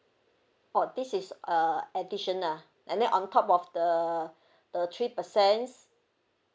orh this is a addition ah and then on top of the the three percent